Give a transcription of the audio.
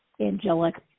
angelic –